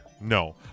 No